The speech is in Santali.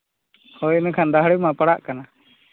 ᱦᱳᱭ ᱮᱱᱠᱷᱟᱱ ᱫᱟᱹᱦᱲᱤ ᱢᱟ ᱯᱟᱲᱟᱜ ᱠᱟᱱᱟ